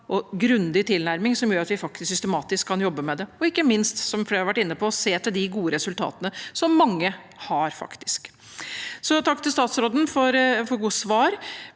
og grundig tilnærming som gjør at vi systematisk kan jobbe med det, og ikke minst må vi, som flere har vært inne på, se til de gode resultatene som mange faktisk har. Takk til statsråden for gode svar,